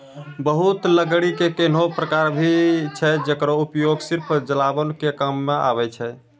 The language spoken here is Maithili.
बहुत लकड़ी के ऐन्हों प्रकार भी छै जेकरो उपयोग सिर्फ जलावन के काम मॅ आवै छै